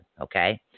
okay